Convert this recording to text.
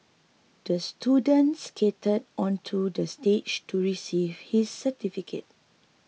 the student skated onto the stage to receive his certificate